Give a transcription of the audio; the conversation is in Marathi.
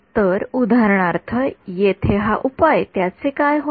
तर उदाहरणार्थ येथे हा उपाय त्याचे काय होईल